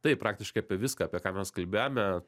taip praktiškai apie viską apie ką mes kalbėjome